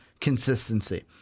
consistency